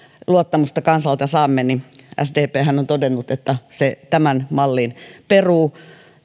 luottamusta kansalta saamme niin sdphän on todennut että se tämän mallin peruu